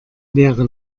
leere